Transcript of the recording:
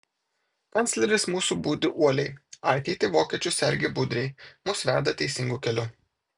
kancleris mūsų budi uoliai ateitį vokiečių sergi budriai mus veda teisingu keliu